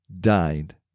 died